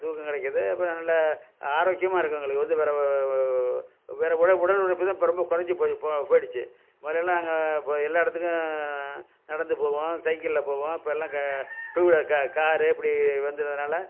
தூக்கம் கிடைக்கிது அப்புறம் நல்ல ஆரோக்கியமாக இருக்கும் எங்களுக்கு வந்து பெறகு வேறு உடல் உடல் உழைப்பு தான் இப்போ ரொம்ப கொறைஞ்சி போய் இப்போது போய்டுச்சி முதலயெல்லாம் நாங்கள் இப்போ எல்லா இடத்துக்கும் நடந்து போவோம் சைக்கிளில் போவோம் அப்போல்லாம் டூ வீலர் காரு இப்படி வந்ததுனால